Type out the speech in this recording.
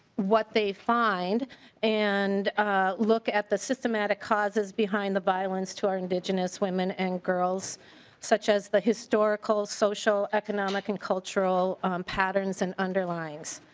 what they find and look at the systematic cause behind the violence to our indigenous women and girls such as the historical social economic and cultural patterns and underline.